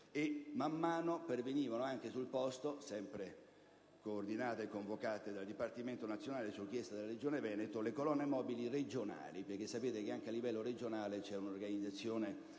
man mano pervenivano anche sul posto, sempre coordinate e convocate dal Dipartimento nazionale su richiesta della Regione Veneto, le colonne mobili regionali; come sapete, anche a livello regionale c'è un'organizzazione